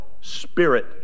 spirit